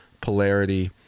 polarity